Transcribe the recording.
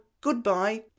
good-bye